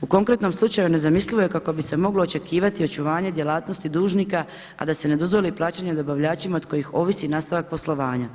U konkretnom slučaju nezamislivo je kako bi se moglo očekivati očuvanje djelatnosti dužnika a da se ne dozvoli plaćanje dobavljačima od kojih ovih nastavak poslovanja,